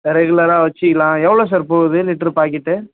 ரெகுலராக வைச்சுக்கலாம் எவ்வளோ சார் போகுது லிட்ரு பாக்கெட்டு